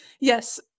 Yes